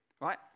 right